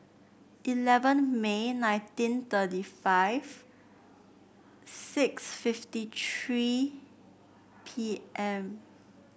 eleven May nineteen thirty five six fifty tree P M